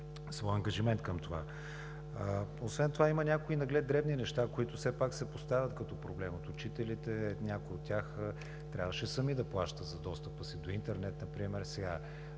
своя ангажимент към това. Освен това има някои наглед дребни неща, които все пак се поставят като проблем от учителите. Някои от тях трябваше сами да плащат за достъпа си до интернет. Разбира се,